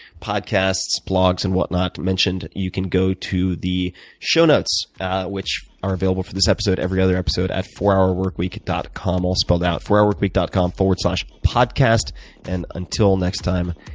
podcasts, blogs and whatnot mentioned, you can go to the show nuts which are available for this episode every other episode at fourhourworkweek dot com all spelled out. fourhourworkweek dot com slash podcast and until next time,